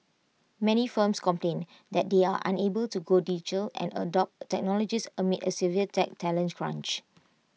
many firms complain that they are unable to go digital and adopt technologies amid A severe tech talent crunch